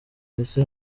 ndetse